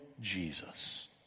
Jesus